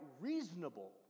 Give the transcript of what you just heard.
reasonable